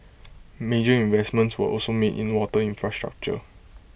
major investments were also made in water infrastructure